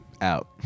Out